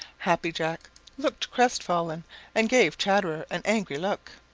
happy jack looked crestfallen and gave chatterer an angry look.